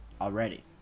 already